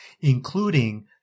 including